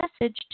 message